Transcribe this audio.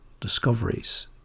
discoveries